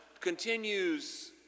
continues